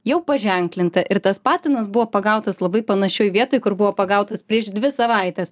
jau paženklinta ir tas patinas buvo pagautas labai panašioj vietoj kur buvo pagautas prieš dvi savaites